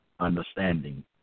Understanding